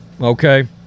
okay